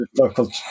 local